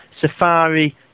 Safari